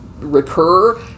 recur